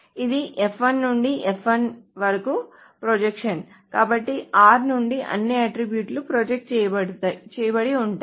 ఇది నుండి వరకు ప్రొజెక్షన్ కాబట్టి r నుండి అన్ని అట్ట్రిబ్యూట్ లు ప్రొజెక్ట్ చేయబడి ఉంటాయి